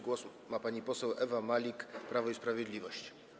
Głos ma pani poseł Ewa Malik, Prawo i Sprawiedliwość.